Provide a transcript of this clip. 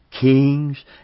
kings